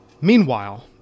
Meanwhile